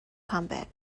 combat